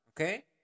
Okay